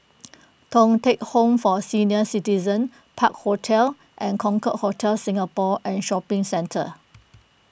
Thong Teck Home for Senior Citizens Park Hotel and Concorde Hotel Singapore and Shopping Centre